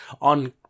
on